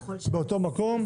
באותו מקום.